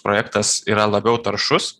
projektas yra labiau taršus